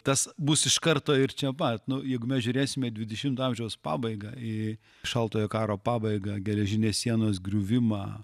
tas bus iš karto ir čia pat nu jeigu mes žiūrėsim į dvidešimto amžiaus pabaigą į šaltojo karo pabaigą geležinės sienos griuvimą